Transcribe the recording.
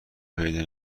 پیدا